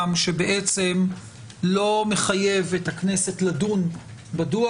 שבעצם לא מחייב את הכנסת לדון בדוח.